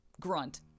grunt